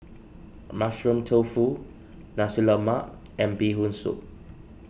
Mushroom Tofu Nasi Lemak and Bee Hoon Soup